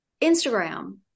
Instagram